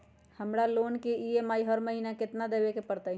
हमरा लोन के ई.एम.आई हर महिना केतना देबे के परतई?